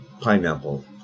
pineapple